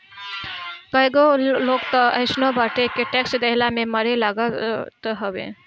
कईगो लोग तअ अइसनो बाटे के टेक्स देहला में मरे लागत हवे